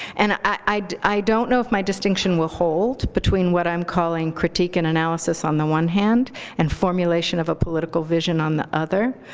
and i don't know if my distinction will hold, between what i'm calling critique and analysis on the one hand and formulation of a political vision on the other.